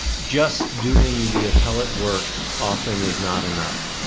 just doing the appellate work often is not enough.